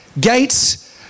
gates